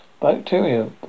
bacteria